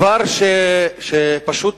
דבר שפשוט,